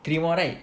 three more right